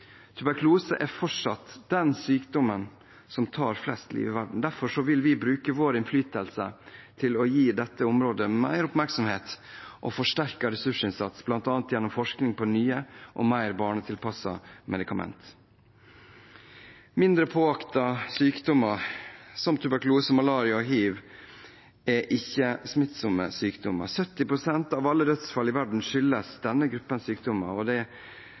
er fortsatt den sykdommen som tar flest liv i verden. Derfor vil vi bruke vår innflytelse til å gi dette området mer oppmerksomhet og forsterket ressursinnsats, bl.a. gjennom forskning på nye og mer barnetilpassede medikamenter. Mindre påaktet enn sykdommer som tuberkulose, malaria og hiv er ikke-smittsomme sykdommer. 70 pst. av alle dødsfall i verden skyldes denne gruppen sykdommer, og de er